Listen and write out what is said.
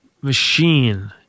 machine